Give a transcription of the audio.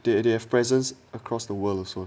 they they have presence across the world also